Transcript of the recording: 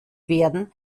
werden